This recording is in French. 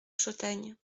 chautagne